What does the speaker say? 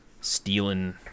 Stealing